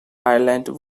ireland